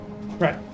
Right